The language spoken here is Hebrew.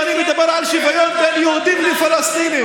ואני מדבר על שוויון בין יהודים לפלסטינים.